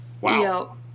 Wow